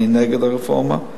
אני נגד הרפורמה.